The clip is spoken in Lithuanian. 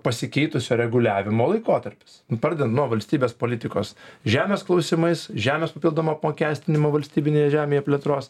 pasikeitusio reguliavimo laikotarpis pradedant nuo valstybės politikos žemės klausimais žemės papildomo apmokestinimo valstybinėje žemėje plėtros